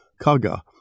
Kaga